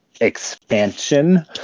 expansion